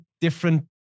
different